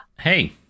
hey